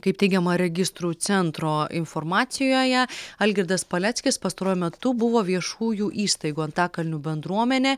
kaip teigiama registrų centro informacijoje algirdas paleckis pastaruoju metu buvo viešųjų įstaigų antakalnių bendruomenė